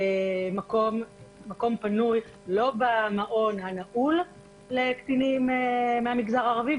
אין מקום פנוי לא במעון הנעול לקטינים מהמגזר הערבי,